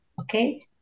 Okay